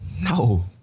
No